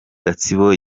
gatsibo